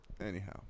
anyhow